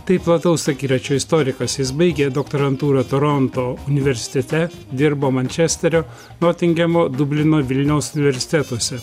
tai plataus akiračio istorikas jis baigė doktorantūrą toronto universitete dirbo mančesterio notingemo dublino vilniaus universitetuose